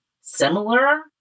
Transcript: similar